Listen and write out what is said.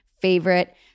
favorite